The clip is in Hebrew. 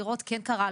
לראות אם כן קרה,